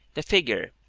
the figure,